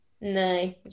No